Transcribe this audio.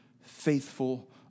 faithful